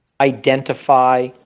identify